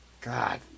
God